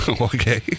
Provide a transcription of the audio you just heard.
Okay